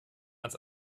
ganz